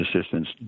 Assistance